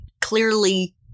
clearly